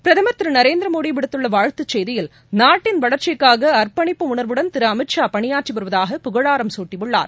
பிரதம் திரு நரேந்திரமோடி விடுத்துள்ள வாழ்த்துச் செய்தியில் நாட்டின் வளர்ச்சிக்காக அர்ப்பணிப்பு உணர்வுடன் திரு அமித்ஷா பணியாற்றி வருவதாக புகழாரம் சூட்டியுள்ளார்